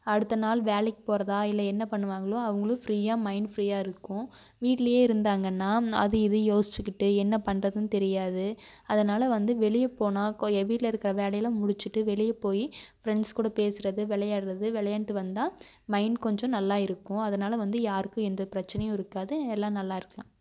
அடுத்த நாள் வேலைக்கு போகிறதா இல்லை என்ன பண்ணுவாங்களோ அவங்களும் ஃப்ரீயாக மைண்ட் ஃப்ரீயாக இருக்கும் வீட்டுலேயே இருந்தாங்கன்னா அது இது யோசிச்சுக்கிட்டு என்ன பண்ணுறதுன்னு தெரியாது அதனால் வந்து வெளியே போனால் வீட்டில் இருக்கிற வேலையெல்லாம் முடிச்சுட்டு வெளியே போய் ஃப்ரெண்ட்ஸ் கூட பேசுகிறது விளையாட்றது விளையாண்ட்டு வந்தால் மைண்ட் கொஞ்சம் நல்லா இருக்கும் அதனால் வந்து யாருக்கும் எந்த பிரச்சனையும் இருக்காது எல்லாம் நல்லா இருக்கலாம்